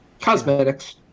Cosmetics